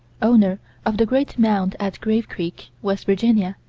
owner of the great mound at grave creek, west virginia,